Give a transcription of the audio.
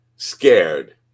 Scared